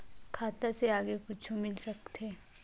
खाता से आगे कुछु मिल सकथे?